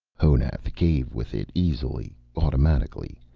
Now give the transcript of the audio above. honath gave with it easily, automatically,